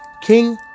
King